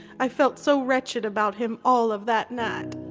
i felt so wretched about him all of that night.